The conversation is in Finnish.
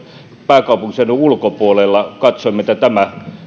pääkaupunkiseudun ulkopuolella tämä